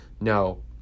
No